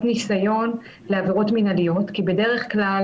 ניסיון לעבירות מינהליות כי בדרך כלל,